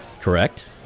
Correct